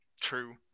True